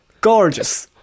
gorgeous